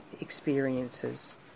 experiences